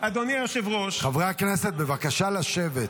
אדוני היושב-ראש --- חברי הכנסת, בבקשה לשבת,